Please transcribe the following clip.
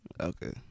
Okay